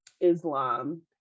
Islam